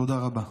תודה רבה.